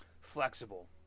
flexible